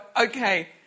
okay